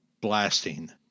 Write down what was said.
blasting